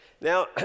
now